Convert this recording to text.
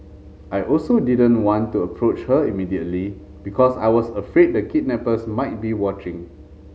I also didn't want to approach her immediately because I was afraid the kidnappers might be watching